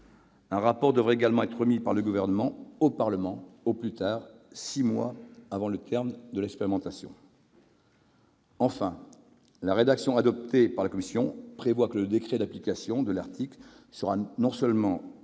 Un rapport devrait également être remis par le Gouvernement au Parlement au plus tard six mois avant le terme de l'expérimentation. Enfin, la rédaction adoptée par la commission prévoit que le décret d'application de l'article sera non seulement pris en